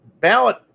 ballot